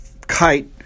kite